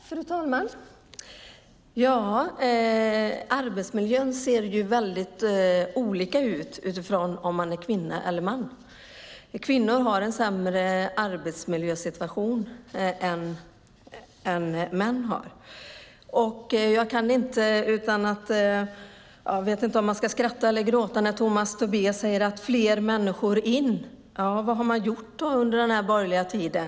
Fru talman! Arbetsmiljön ser olika ut om man är kvinna eller man. Kvinnor har en sämre arbetsmiljösituation än män. Jag vet inte om jag ska skratta eller gråta när Tomas Tobé säger: Fler människor in. Men vad har man gjort under den borgerliga tiden?